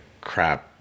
crap